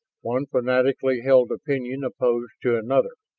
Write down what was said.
one fanatically held opinion opposed to another.